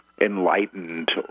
enlightened